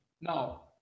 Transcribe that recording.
Now